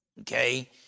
okay